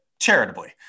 charitably